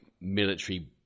military